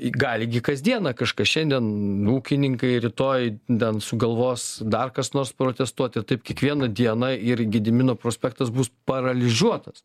ji gali gi kasdieną kažkas šiandien ūkininkai rytoj ten sugalvos dar kas nors protestuoti taip kiekvieną dieną ir gedimino prospektas bus paralyžiuotas